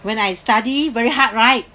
when I study very hard right